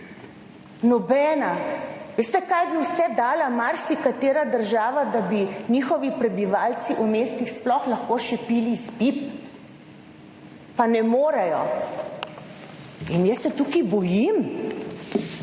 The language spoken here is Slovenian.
Nobena. Veste, kaj bi vse dala marsikatera država, da bi njihovi prebivalci v mestih sploh lahko še pili iz pip, pa ne morejo? In jaz se tukaj bojim,